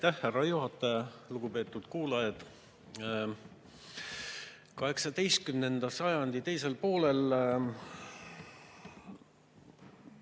härra juhataja! Lugupeetud kuulajad! 18. sajandi teisel poolel